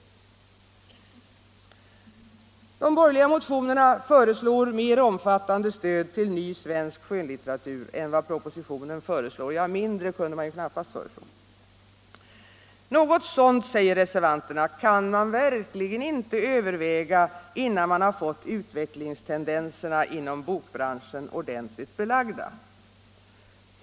De borgerliga motionerna föreslår mer omfattande stöd till ny svensk skönlitteratur än vad propositionen föreslår. Ja, mindre kunde man ju knappast föreslå! Något sådant, säger reservanterna, kan man verkligen inte överväga innan man har fått utvecklingstendenserna inom bokbranschen ordentligt belagda.